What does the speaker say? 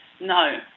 no